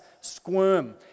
squirm